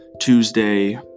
Tuesday